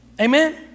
Amen